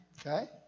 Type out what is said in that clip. okay